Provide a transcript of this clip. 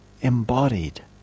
embodied